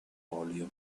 olio